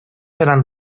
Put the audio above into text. eran